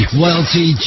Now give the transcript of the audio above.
wealthy